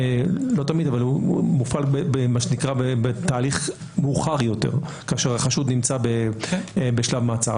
לא תמיד - במה שנקרא בתהליך מאוחר יותר כאשר החשוד נמצא בשלב מעצר.